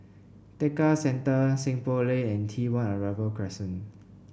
Tekka Centre Seng Poh Lane and T One Arrival Crescent